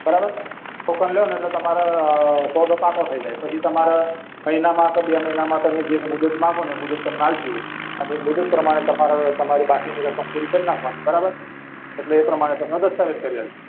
બરાબર ટોકન લો ને એટલે તમારે સોદો પાકો થઈ જાય પછી તમારે મહિનામાં ક બે મહિનામાં તમે જે મુદત માગો ને એ મુદત તમને આપીશું અને એ મુદત પ્રમાણે તમારે તમારી બાકીની રકમ પૂરી કરી નાખવાની બરાબર એટલે એ પ્રમાણે તમને દસ્તાવેજ કરી આપીશું